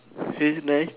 is it nice